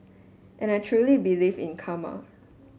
and I truly believe in karma